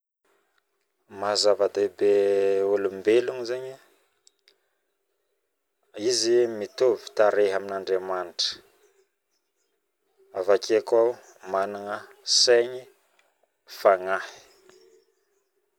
Maha zavadefibe olombelo zaigny izy mitovy tarehy aminy Andriamanitra avakeo koa managna saigny fagnahy